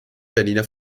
berliner